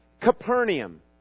Capernaum